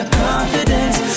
confidence